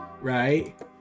right